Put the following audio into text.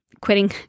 quitting